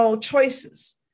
choices